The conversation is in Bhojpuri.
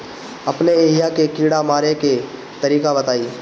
अपने एहिहा के कीड़ा मारे के तरीका बताई?